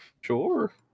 Sure